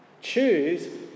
Choose